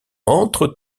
entre